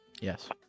Yes